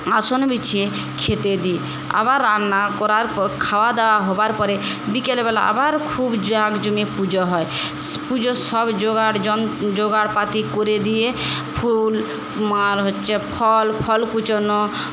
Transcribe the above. আসন বিছিয়ে খেতে দিই আবার রান্না করার পর খাওয়া দাওয়া হওয়ার পরে বিকেলবেলা আবার খুব জাঁকজমিয়ে পুজো হয় পুজোর সব জোগাড় জোগাড় পাতি করে দিয়ে ফুল তোমার হচ্ছে ফল ফল কুঁচোনো ফুল